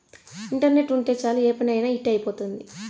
internet ఉంటే చాలు ఏ పని అయినా ఇట్టి అయిపోతుంది